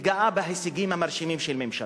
התגאה בהישגים המרשימים של ממשלתו,